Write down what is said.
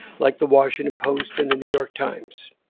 like the washington post and the new york times,